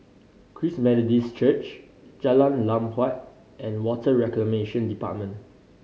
Christ Methodist Church Jalan Lam Huat and Water Reclamation Department